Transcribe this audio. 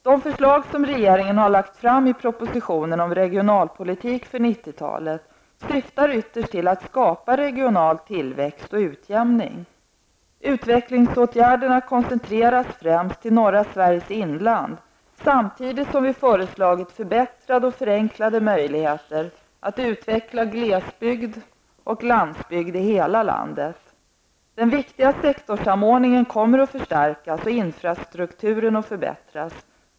De förslag som regeringen har lagt fram i propositionen om regionalpolitik för 90-talet syftar ytterst till att skapa regional tillväxt och utjämning. Utvecklingsåtgärderna koncentreras främst till norra Sveriges inland, samtidigt som vi föreslagit förbättrade och förenklade möjligheter att utveckla glesbygd och landsbygd i hela landet. Den viktiga sektorssamordningen kommer att förstärkas och infrastrukturen att förbättras.